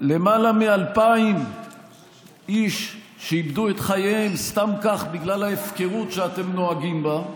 למעלה מ-2,000 איש איבדו את חייהם סתם כך בגלל ההפקרות שאתם נוהגים בה,